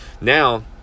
Now